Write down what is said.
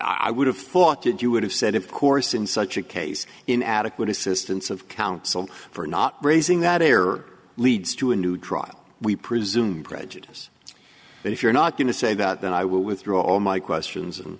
i would have thought that you would have said of course in such a case in adequate assistance of counsel for not raising that error leads to a new trial we presume prejudice that if you're not going to say that then i will withdraw all my questions and